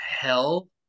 Hell